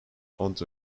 unto